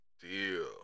deal